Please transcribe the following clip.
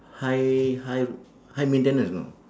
high high high maintenance you know